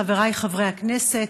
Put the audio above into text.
חבריי חברי הכנסת,